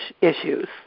issues